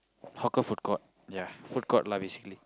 hawker food court ya food court lah basically